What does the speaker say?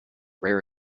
rare